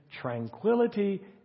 tranquility